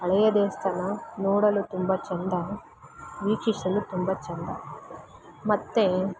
ಹಳೆಯ ದೇವಸ್ಥಾನ ನೋಡಲು ತುಂಬ ಚಂದ ವೀಕ್ಷಿಸಲು ತುಂಬ ಚಂದ ಮತ್ತು